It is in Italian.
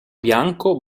bianco